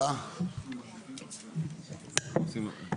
(הישיבה נפסקה בשעה 09:40 ונתחדשה בשעה 09:53.) אני